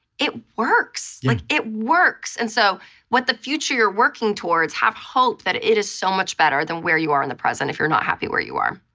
it works, like it works. and so the future you're working toward have hope that it is so much better than where you are in the present if you're not happy where you are.